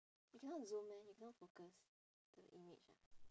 you cannot zoom meh you cannot focus to the image ah